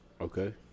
okay